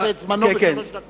ימצה את זמנו בשלוש דקות.